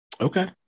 Okay